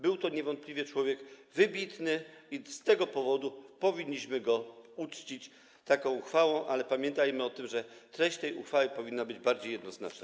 Był to niewątpliwie człowiek wybitny i z tego powodu powinniśmy go uczcić taką uchwałą, ale pamiętajmy o tym, że treść tej uchwały powinna być bardziej jednoznaczna.